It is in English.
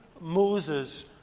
Moses